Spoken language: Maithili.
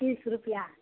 तीस रुपैआ